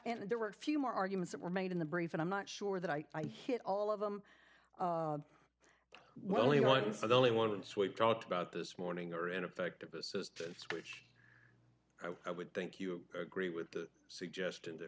and there were a few more arguments that were made in the brief and i'm not sure that i hit all of them well anyone so the only ones we've talked about this morning are ineffective assistance which i would think you agree with the suggestion that